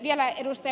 vielä ed